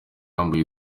yambaye